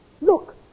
Look